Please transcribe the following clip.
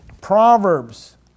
Proverbs